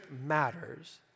matters